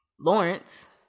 Lawrence